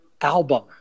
album